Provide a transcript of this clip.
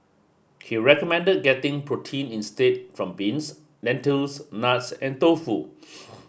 he recommended getting protein instead from beans lentils nuts and tofu